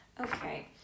okay